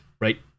Right